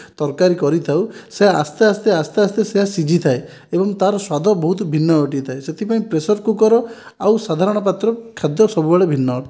ତରକାରୀ କରିଥାଉ ସେ ଆସ୍ତେ ଆସ୍ତେ ଆସ୍ତେ ଆସ୍ତେ ସେୟା ସିଝିଥାଏ ଏବଂ ତା'ର ସ୍ୱାଦ ବହୁତ ଭିନ୍ନ ଅଟିଥାଏ ସେଥିପାଇଁ ପ୍ରେସର୍ କୁକର୍ ଆଉ ସାଧାରଣ ପାତ୍ର ଖାଦ୍ୟ ସବୁବେଳେ ଭିନ୍ନ ଅଟେ